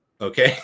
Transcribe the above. Okay